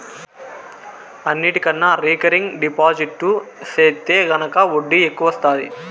అన్నిటికన్నా recurring deposit సెత్తే గనక ఒడ్డీ ఎక్కవొస్తాది